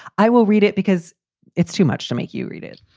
i will read it because it's too much to make you read it.